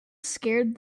scared